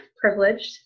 privileged